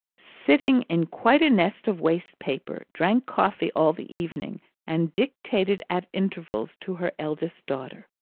sitting in quite a nest of waste paper, drank coffee all the evening and dictated at intervals to her eldest daughter.